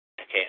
Okay